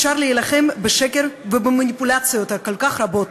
אפשר להילחם בשקר ובמניפולציות הכל-כך רבות,